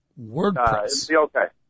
WordPress